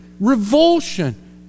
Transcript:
Revulsion